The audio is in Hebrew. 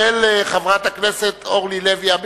שנוסחה על-ידי חבר הכנסת אורי אריאל,